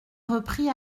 reprit